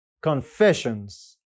confessions